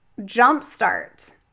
jumpstart